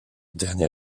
dernier